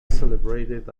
celebrated